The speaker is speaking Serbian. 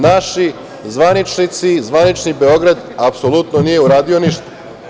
Naši zvaničnici i zvanični Beograd apsolutno nije uradio ništa.